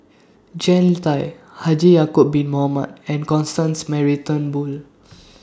Jean Tay Haji Ya'Acob Bin Mohamed and Constance Mary Turnbull